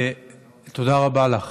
תודה רבה לך.